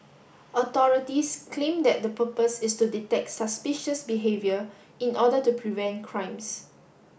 authorities claim that the purpose is to detect suspicious behaviour in order to prevent crimes